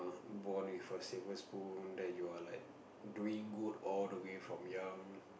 born with a silver spoon that you are like doing good all the way from young